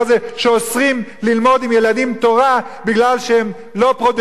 שאוסרים ללמוד עם ילדים תורה מפני שהם לא פרודוקטיבים,